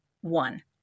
One